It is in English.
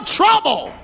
trouble